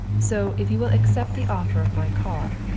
so if you will accept the offer of my car,